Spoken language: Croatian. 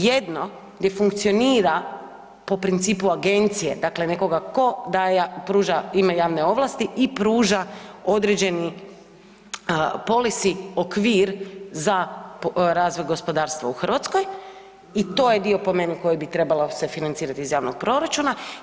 Jedno gdje funkcionira po principu agencije, dakle nekoga tko daje, pruža, ima javne ovlasti i pruža određeni policy okvir za razvoj gospodarstva u Hrvatskoj i to je dio po meni koji bi trebao se financirati iz javnog proračuna.